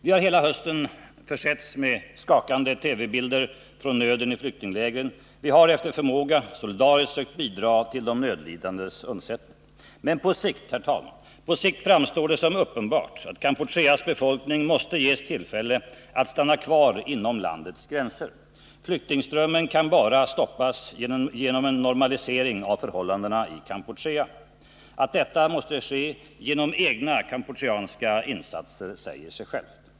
Vi har hela hösten försetts med skakande TV-bilder på nöden i flyktinglägren och vi har, efter förmåga, solidariskt sökt bidra till de nödlidandes undsättning. Men på sikt, herr talman, framstår det som uppenbart att Kampucheas befolkning måste ges tillfälle att stanna kvar inom landets gränser. Flyktingströmmen kan bara stoppas genom en normalisering av förhållandena i Kampuchea. Att detta måste ske genom egna kampucheanska insatser säger sig självt.